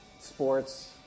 sports